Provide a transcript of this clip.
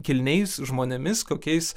kilniais žmonėmis kokiais